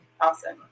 Awesome